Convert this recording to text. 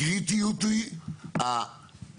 הקריטיות היא הבסיס,